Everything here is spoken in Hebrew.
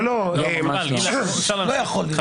לא יכול להיות.